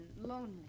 lonely